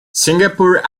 singapore